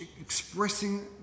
expressing